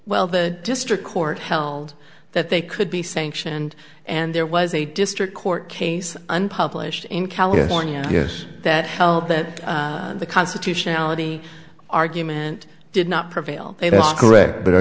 well the district court held that they could be sanctioned and there was a district court case unpublished in california yes that helped that the constitutionality argument did not prevail they were correct but are